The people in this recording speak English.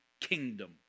kingdom